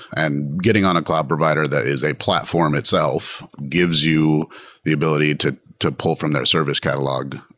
and getting on a cloud provider that is a platform itself gives you the ability to to pull from their service catalog,